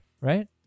right